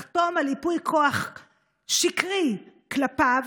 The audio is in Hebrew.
לחתום על ייפוי כוח שקרי כלפיו,